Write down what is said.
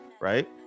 Right